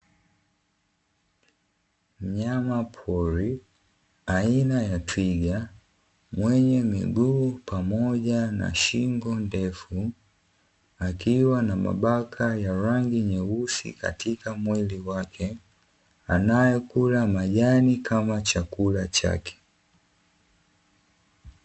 Mnyama pori aina ya twiga mwenye miguu pamoja na shingo ndefu akiwa na mabaka ya rangi nyeusi katika mwili wake, anayekula majani kama chakula chake.